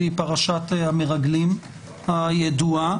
שהיא פרשת המרגלים הידועה,